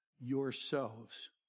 yourselves